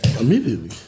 Immediately